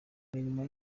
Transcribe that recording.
murimo